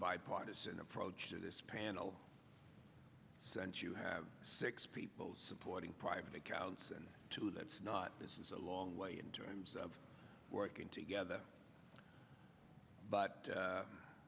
bipartisan approach to this panel since you have six people supporting private accounts and two that not this is a long way in terms of working together but